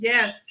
Yes